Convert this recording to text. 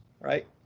right